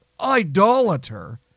idolater